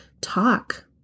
talk